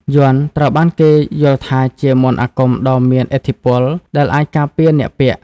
យ័ន្តត្រូវបានគេយល់ថាជាមន្តអាគមដ៏មានឥទ្ធិពលដែលអាចការពារអ្នកពាក់។